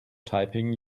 typing